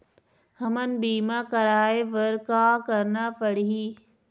हमन बीमा कराये बर का करना पड़ही?